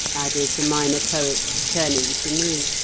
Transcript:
added the minor poet, turning to me,